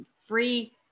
free